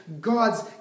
God's